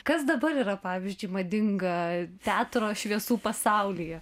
kas dabar yra pavyzdžiui madinga teatro šviesų pasaulyje